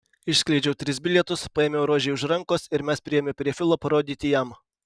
išskleidžiau tris bilietus paėmiau rožei už rankos ir mes priėjome prie filo parodyti jam